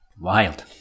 wild